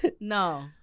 No